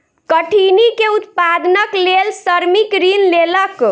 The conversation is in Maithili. कठिनी के उत्पादनक लेल श्रमिक ऋण लेलक